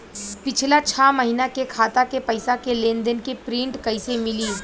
पिछला छह महीना के खाता के पइसा के लेन देन के प्रींट कइसे मिली?